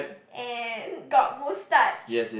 and got moustache